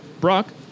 Brock